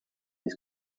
his